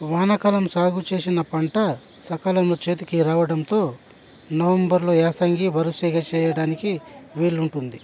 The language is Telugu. వానాకాలం సాగు చేసిన పంట సకాలంలో చేతికి రావడంతో నవంబర్లో యాసంగి వరుసగా చేయడానికి వీలు ఉంటుంది